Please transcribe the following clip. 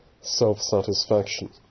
self-satisfaction